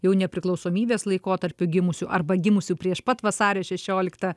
jau nepriklausomybės laikotarpiu gimusių arba gimusių prieš pat vasario šešioliktą